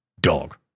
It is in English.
Dog